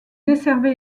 desservait